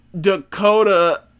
Dakota